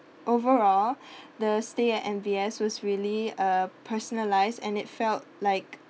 overall the stay at M_B_S was really uh personalised and it felt like